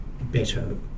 better